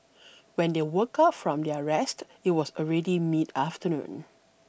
when they woke up from their rest it was already mid afternoon